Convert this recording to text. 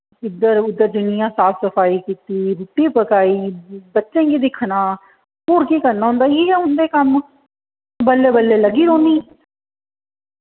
इद्धर उद्धर जिन्नी ऐ साफ सफाई कीती रुट्टी पकाई बच्चें गी दिक्खना होर केह् करना होंदा इ'यै गै होंदे कम्म बल्लै बल्लै लग्गी रौह्न्नीं